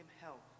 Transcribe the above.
help